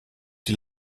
die